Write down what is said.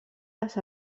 les